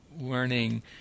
learning